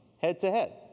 head-to-head